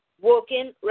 working